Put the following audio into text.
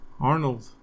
Arnold